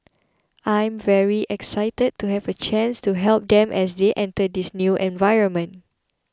I'm very excited to have a chance to help them as they enter this new environment